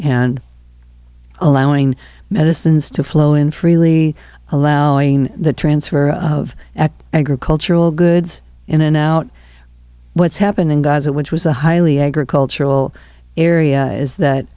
and allowing medicines to flow in freely allowing the transfer of at agricultural goods in and out what's happened in gaza which was a highly agricultural area is that